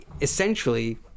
essentially